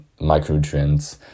micronutrients